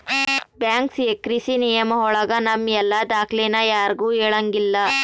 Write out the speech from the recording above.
bank secrecy ನಿಯಮ ಒಳಗ ನಮ್ ಎಲ್ಲ ದಾಖ್ಲೆನ ಯಾರ್ಗೂ ಹೇಳಂಗಿಲ್ಲ